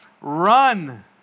run